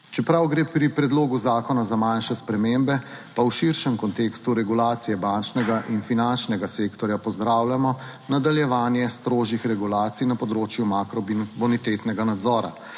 Čeprav gre pri predlogu zakona za manjše spremembe, pa v širšem kontekstu regulacije bančnega in finančnega sektorja pozdravljamo nadaljevanje strožjih regulacij na področju makrobonitetnega nadzora.